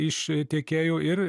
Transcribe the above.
iš tiekėjų ir